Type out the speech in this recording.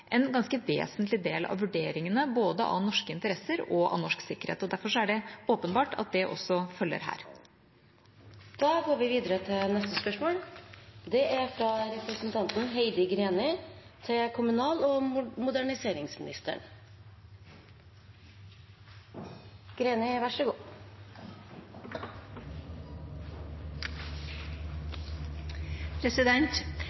en ganske vesentlig del av vurderingene både av norske interesser og av norsk sikkerhet. Derfor er det åpenbart at det også følger